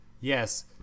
yes